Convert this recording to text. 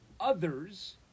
others